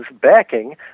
backing